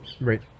Right